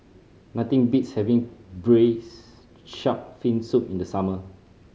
nothing beats having Braised Shark Fin Soup in the summer